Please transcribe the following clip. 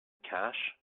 cash